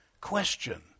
question